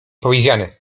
powiedziane